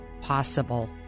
possible